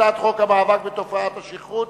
הצעת חוק המאבק בתופעת השכרות